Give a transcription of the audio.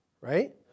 right